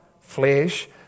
flesh